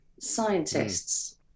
scientists